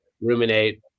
ruminate